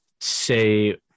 say